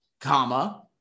comma